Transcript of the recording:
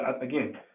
again